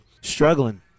struggling